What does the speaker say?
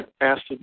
asked